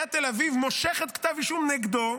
שעיריית תל אביב מושכת כתב אישום נגדו,